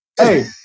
Hey